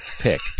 pick